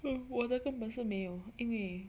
我的根本是没有因为